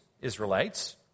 Israelites